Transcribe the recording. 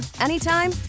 anytime